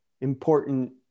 important